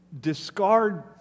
discard